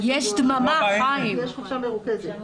יש חופשה מרוכזת בכנסת.